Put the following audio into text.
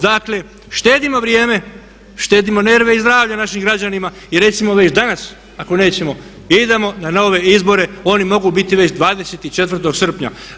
Dakle, štedimo vrijeme, štedimo nerve i zdravlje našim građanima i recimo već danas ako nećemo idemo na nove izbore, oni mogu biti već 24. srpnja.